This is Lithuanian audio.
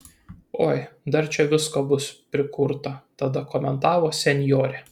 oi dar čia visko bus prikurta tada komentavo senjorė